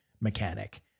mechanic